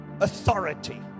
authority